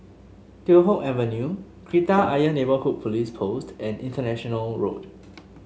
Teow Hock Avenue Kreta Ayer Neighbourhood Police Post and International Road